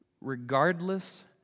Regardless